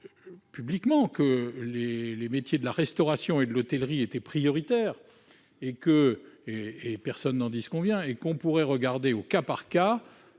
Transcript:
publiquement que les métiers de la restauration et de l'hôtellerie étaient prioritaires- personne n'en disconvient -et qu'on pourrait étudier au cas par cas